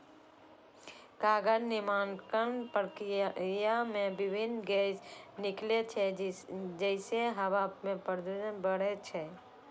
कागज निर्माणक प्रक्रिया मे विभिन्न गैस निकलै छै, जइसे हवा मे प्रदूषण बढ़ै छै